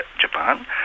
Japan